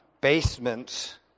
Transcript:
basements